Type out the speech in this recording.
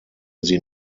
sie